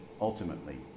ultimately